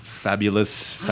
Fabulous